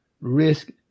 risk